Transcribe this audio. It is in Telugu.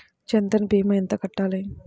జన్ధన్ భీమా ఎంత కట్టాలి?